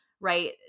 right